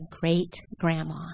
great-grandma